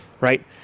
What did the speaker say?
right